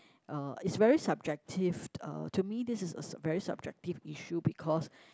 uh is very subjective uh to me this is a very subjective issue because